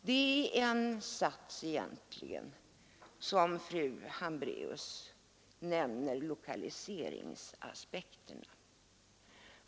Det är egentligen en sak som fru Hambraeus endast mycket vagt tar upp, nämligen allmänna lokaliseringsaspekter.